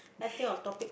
let's think of topic to